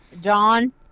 John